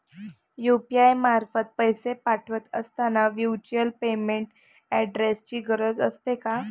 UPI मार्फत पैसे पाठवत असताना व्हर्च्युअल पेमेंट ऍड्रेसची गरज असते का?